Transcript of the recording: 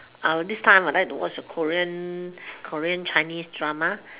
this time I would like to watch korean korean chinese drama